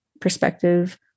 perspective